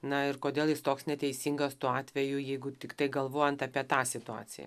na ir kodėl jis toks neteisingas tuo atveju jeigu tiktai galvojant apie tą situaciją